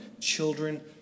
children